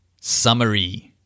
Summary